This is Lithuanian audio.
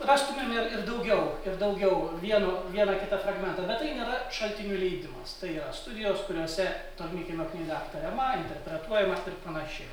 rastumėm ir ir daugiau ir daugiau vieno vieną kitą fragmentą bet tai nėra šaltinių leidimas tai yra studijos kuriose tolminkiemio knyga aptariama interpretuojama ir panašiai